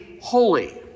holy